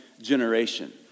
generation